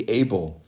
able